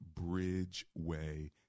Bridgeway